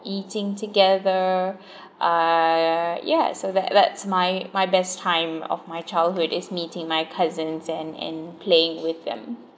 eating together uh yeah so that that's my my best time of my childhood is meeting my cousins and and playing with them